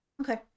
Okay